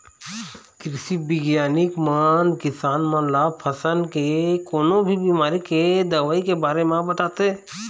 कृषि बिग्यानिक मन किसान मन ल फसल के कोनो भी बिमारी के दवई के बारे म बताथे